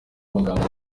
amagambo